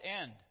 end